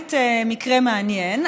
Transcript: באמת מקרה מעניין.